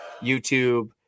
YouTube